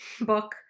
book